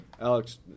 Alex